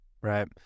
right